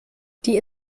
die